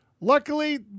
luckily